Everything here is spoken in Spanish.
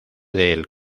del